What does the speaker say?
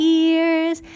ears